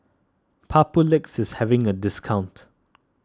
Papulex is having a discount